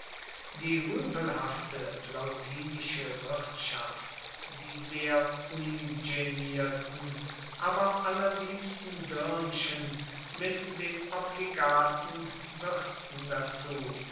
die rüpelhafte plautinische wirtschaft die sehr ungenierten aber allerliebsten dirnchen mit den obligaten wirten dazu